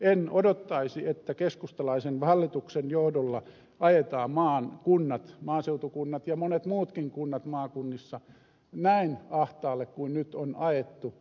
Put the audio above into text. en odottaisi että keskustalaisen hallituksen johdolla ajetaan maan kunnat maaseutukunnat ja monet muutkin kunnat maakunnissa näin ahtaalle kuin nyt on ajettu